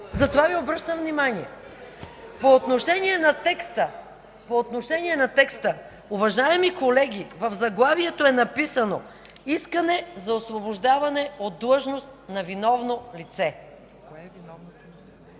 Затова Ви обръщам внимание. (Шум и реплики.) По отношение на текста, уважаеми колеги, в заглавието е написано „Искане за освобождаване от длъжност на виновно лице”.